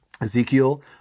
Ezekiel